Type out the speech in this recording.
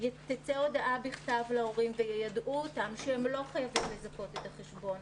תצא הודעה בכתב להורים ויידעו אותם שהם לא חייבים לזכות את החשבון,